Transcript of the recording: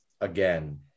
again